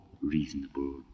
reasonable